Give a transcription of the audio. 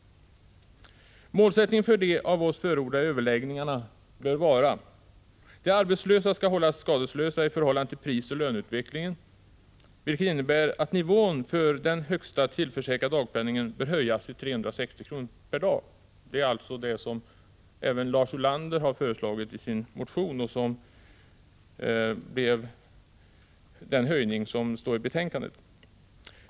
1985/86:108 Målsättningen för de av oss förordade överläggningarna bör vara: 3 april 1986 = De arbetslösa skall hållas skadeslösa i förhållande till prisoch löneutvecklingen, vilket innebär att nivån för den högsta tillförsäkrade dagpenningen bör höjas till 360 kr. per dag. Det är den höjning som även Lars Ulander föreslagit i sin motion och som föreslås i utskottsbetänkandet.